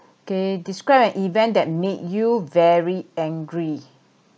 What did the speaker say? okay describe an event that made you very angry